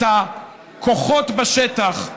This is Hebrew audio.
את הכוחות בשטח,